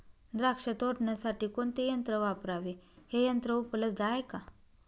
द्राक्ष तोडण्यासाठी कोणते यंत्र वापरावे? हे यंत्र उपलब्ध आहे का?